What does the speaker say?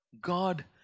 God